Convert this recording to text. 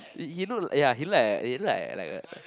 he look ya he look like a he look like a like a